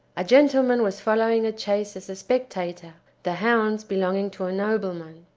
a gentleman was following a chase as a spectator, the hounds belonging to a nobleman.